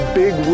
big